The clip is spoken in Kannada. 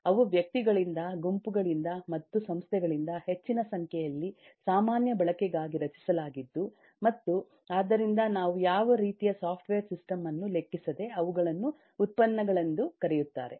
ಅವು ವ್ಯಕ್ತಿಗಳಿಂದ ಗುಂಪುಗಳಿಂದ ಮತ್ತು ಸಂಸ್ಥೆಗಳಿಂದ ಹೆಚ್ಚಿನ ಸಂಖ್ಯೆಯಲ್ಲಿ ಸಾಮಾನ್ಯ ಬಳಕೆಗಾಗಿ ರಚಿಸಲಾಗಿದ್ದು ಮತ್ತು ಆದ್ದರಿಂದ ನಾವು ಯಾವ ರೀತಿಯ ಸಾಫ್ಟ್ವೇರ್ ಸಿಸ್ಟಮ್ ಅನ್ನು ಲೆಕ್ಕಿಸದೆ ಅವುಗಳನ್ನು ಉತ್ಪನ್ನಗಳೆಂದು ಕರೆಯುತ್ತಾರೆ